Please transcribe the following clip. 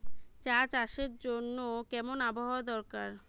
চা চাষের জন্য কেমন আবহাওয়া দরকার?